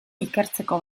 ikertzeko